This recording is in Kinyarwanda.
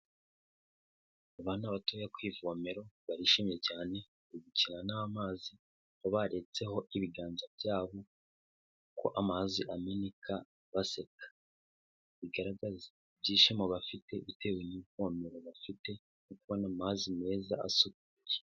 Abana batoya ku ivomero barishimye cyane, bari gukina n'amazi, aho baretseho ibiganza byabo uko amazi ameneka baseka. Bigaragaza ibyishimo bafite bitewe n'ivomero bafite ryo kubona amazi meza asukuye.